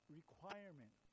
requirement